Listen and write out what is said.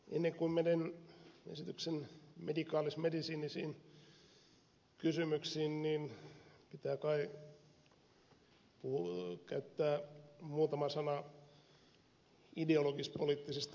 ennen kuin menen esityksen medisiinisiin kysymyksiin niin pitää kai käyttää muutama sana ideologis poliittisista määritelmistä